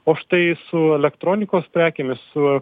o štai su elektronikos prekėmis su